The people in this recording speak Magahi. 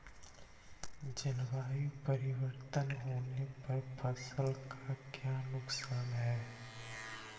जलवायु परिवर्तन होने पर फसल का क्या नुकसान है?